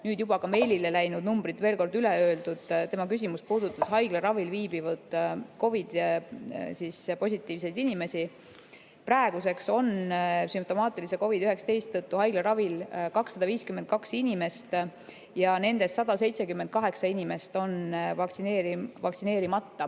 nüüd juba ka meilile läinud numbrid veel kord üle öeldud. Tema küsimus puudutas haiglaravil viibivaid COVID-positiivseid inimesi. Praeguseks on sümptomaatilise COVID-19 tõttu haiglaravil 252 inimest ja nendest 178 inimest on vaktsineerimata.